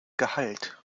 gehalt